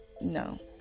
no